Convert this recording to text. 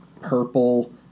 purple